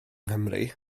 nghymru